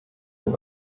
den